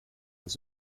was